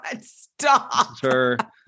stop